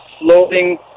floating